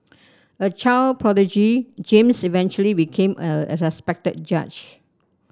a child prodigy James eventually became a a respected judge